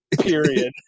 period